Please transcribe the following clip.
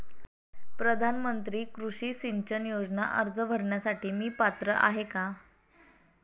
प्रधानमंत्री कृषी सिंचन योजना अर्ज भरण्यासाठी मी पात्र आहे का?